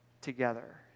together